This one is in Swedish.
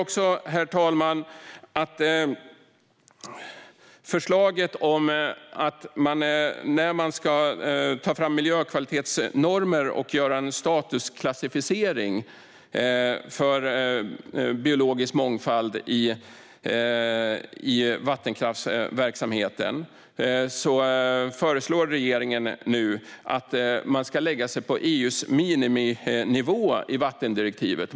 Regeringen föreslår nu att man, när man ska ta fram miljökvalitetsnormer och göra en statusklassificering för biologisk mångfald i vattenkraftsverksamheten, ska lägga sig på EU:s miniminivå i vattendirektivet.